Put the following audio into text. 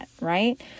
Right